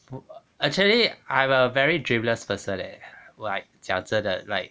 actually I'm a very dreamless person eh like 讲真的 like